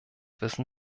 wissen